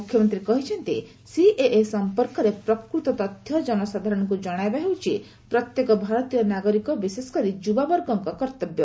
ମୁଖ୍ୟମନ୍ତ୍ରୀ କହିଛନ୍ତି ସିଏଏ ସମ୍ପର୍କରେ ପ୍ରକୂତ ତଥ୍ୟ କନସାଧାରଣଙ୍କୁ ଜଣାଇବା ହେଉଛି ପ୍ରତ୍ୟେକ ଭାରତୀୟ ନାଗରିକ ବିଶେଷକରି ଯୁବାବର୍ଗଙ୍କ କର୍ତ୍ତବ୍ୟ